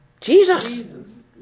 Jesus